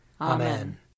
Amen